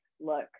Look